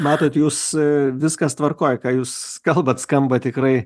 matot jūs viskas tvarkoj ką jūs kalbat skamba tikrai